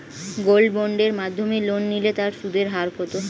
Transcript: Gold বন্ডের মাধ্যমে loan নিলে তার সুদের হার কত?